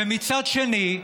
ומצד שני,